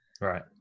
Right